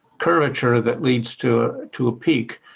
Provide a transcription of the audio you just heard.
curvature that leads to to a peak.